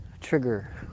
trigger